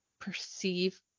perceive